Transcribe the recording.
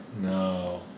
No